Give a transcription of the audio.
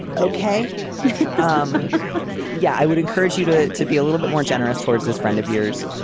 okay um yeah. i would encourage you to to be a little bit more generous towards this friend of yours.